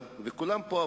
לכל אותם אנשים,